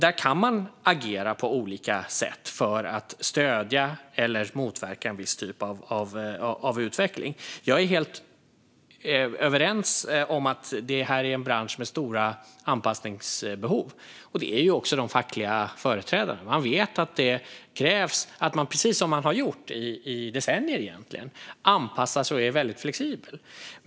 Där kan man agera på olika sätt för att stödja eller motverka en viss typ av utveckling. Jag är helt överens med ministern om att det här är en bransch med stora anpassningsbehov, och det är också de fackliga företrädarna överens om. Man vet att det krävs, precis som man har gjort i decennier, att man anpassar sig och är flexibel.